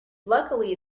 luckily